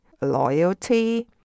loyalty